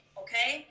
okay